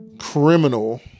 criminal